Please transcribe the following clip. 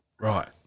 Right